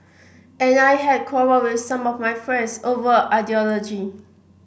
and I had quarrelled with some of my friends over ideology